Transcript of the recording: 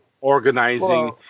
organizing